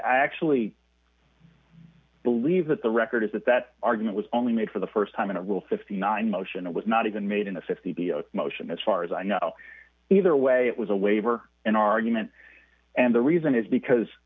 actually believe that the record is that that argument was only made for the st time in a rule fifty nine dollars motion it was not even made in the fifty below motion as far as i know either way it was a waiver an argument and the reason is because